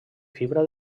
fibra